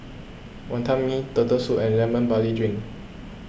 Wantan Mee Turtle Soup and Lemon Barley Drink